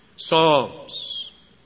Psalms